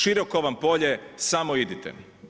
Široko vam polje, samo idite.